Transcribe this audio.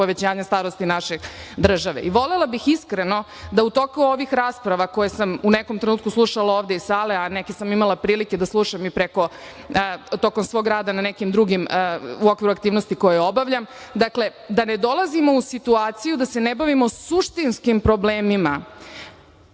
povećanja starosti naše države. Volela bih iskreno da u toku ovih rasprava koje sam u nekom trenutku slušala ovde iz sale, a neke sam imala prilike da slušam i tokom svog rada u okviru nekih drugih aktivnosti koje obavljam, dakle da ne dolazimo u situaciju da se ne bavimo suštinskim problemima,